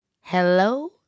Hello